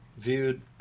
viewed